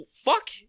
fuck